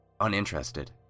uninterested